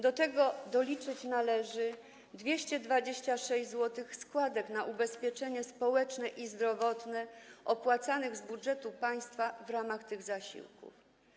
Do tego należy doliczyć 226 zł składek na ubezpieczenie społeczne i zdrowotne opłacanych z budżetu państwa w ramach tych zasiłków.